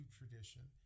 tradition